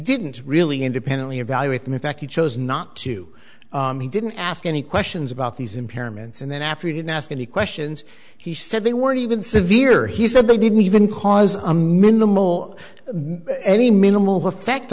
didn't really independently evaluate them in fact he chose not to he didn't ask any questions about these impairments and then after he didn't ask any questions he said they weren't even severe he said they didn't even cause a minimal